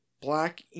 black